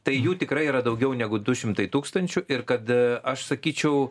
tai jų tikrai yra daugiau negu du šimtai tūkstančių ir kad aš sakyčiau